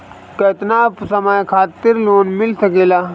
केतना समय खातिर लोन मिल सकेला?